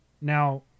Now